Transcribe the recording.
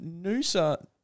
Noosa